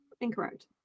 Incorrect